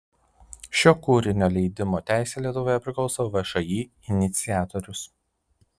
šio kūrinio leidimo teisė lietuvoje priklauso všį iniciatorius